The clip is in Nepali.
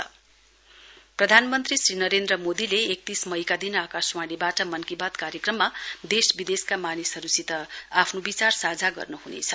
मनकी बात प्रधानमन्त्री श्री नरेन्द्र मोदीले एकतीस मईका दिन आकाशवाणीवाट मनकी बात कार्यक्रममा देश विदेशका मानिसहरूसित आफ्नो विचार साझा गर्नु हुनेछ